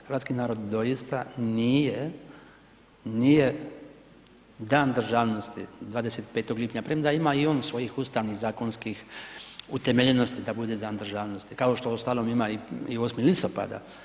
Hrvatski narod doista nije, nije Dan državnosti 25. lipnja, premda ima i on svojih ustavnih, zakonskih utemeljenosti da bude Dan državnosti kao što uostalom ima i 8. listopada.